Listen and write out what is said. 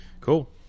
Cool